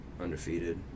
undefeated